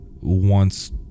wants